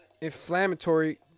Inflammatory